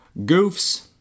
goofs